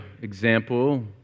example